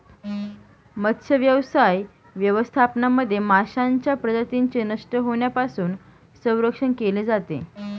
मत्स्यव्यवसाय व्यवस्थापनामध्ये माशांच्या प्रजातींचे नष्ट होण्यापासून संरक्षण केले जाते